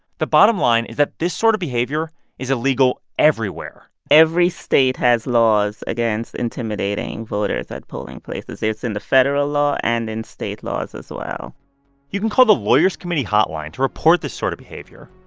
the bottom line is that this sort of behavior is illegal everywhere every state has laws against intimidating voters at polling places. it's in the federal law and in state laws as well you can call the lawyers' committee hotline to report this sort of behavior,